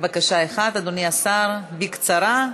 רק בקשה אחת, אדוני השר, בקצרה,